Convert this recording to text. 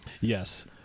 Yes